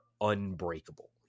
unbreakable